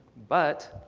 but